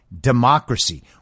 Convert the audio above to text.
democracy